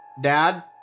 Dad